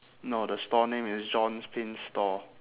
no the store name is john's pin store